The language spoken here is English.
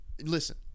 listen